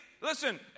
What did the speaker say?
Listen